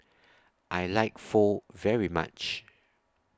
I like Pho very much